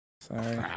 Sorry